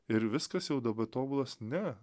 ir viskas jau daba tobulas ne